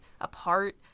apart